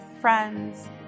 friends